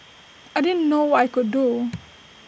I didn't know what I could do